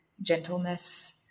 gentleness